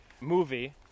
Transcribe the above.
movie